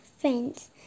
friends